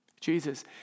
Jesus